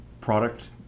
product